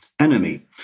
Enemy